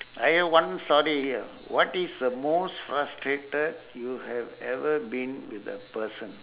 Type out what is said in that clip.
I have one story here what is the most frustrated you have ever been with a person